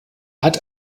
hat